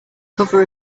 cover